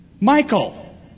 Michael